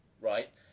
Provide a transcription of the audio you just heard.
right